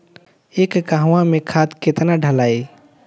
एक कहवा मे खाद केतना ढालाई?